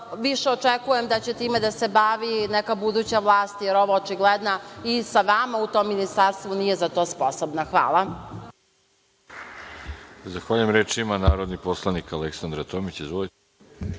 više očekujem da će time da se bavi neka buduća vlast, jer ova očigledno i sa vama u tom ministarstvu nije za to sposobna. Hvala.